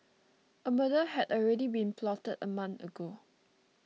a murder had already been plotted a month ago